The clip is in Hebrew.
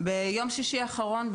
ביום שישי האחרון,